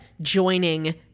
joining